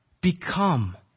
Become